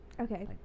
Okay